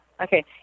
Okay